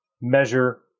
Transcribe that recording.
measure